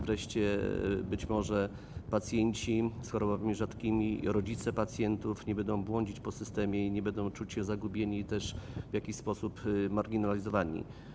Wreszcie być może pacjenci z chorobami rzadkimi, rodzice pacjentów nie będą błądzić po systemie i nie będą czuć się zagubieni i w jakiś sposób marginalizowani.